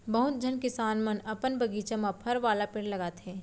बहुत झन किसान मन अपन बगीचा म फर वाला पेड़ लगाथें